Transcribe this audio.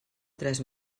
tres